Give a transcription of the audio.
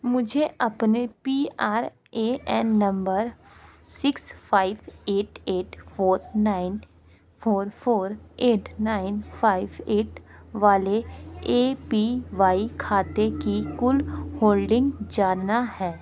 मुझे अपने P R A N number six five eight eight four nine four four eight nine five eight वाले A P Y खाते की कुल holding जानना है